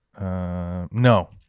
No